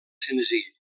senzill